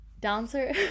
dancer